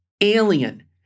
alien